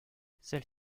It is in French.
celle